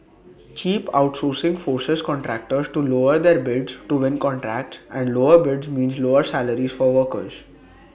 cheap outsourcing forces contractors to lower their bids to win contracts and lower bids mean lower salaries for workers